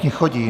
Děkuji.